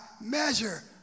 measure